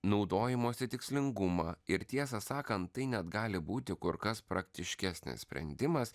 naudojimosi tikslingumą ir tiesą sakant tai net gali būti kur kas praktiškesnis sprendimas